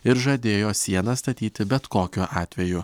ir žadėjo sieną statyti bet kokiu atveju